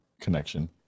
connection